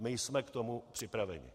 My jsme k tomu připraveni.